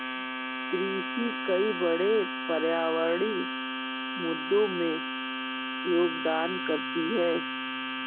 कृषि कई बड़े पर्यावरणीय मुद्दों में योगदान करती है